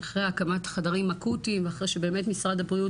אחרי הקמת חדרים אקוטיים ואחרי שבאמת משרד הבריאות,